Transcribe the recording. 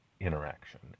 interaction